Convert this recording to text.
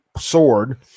sword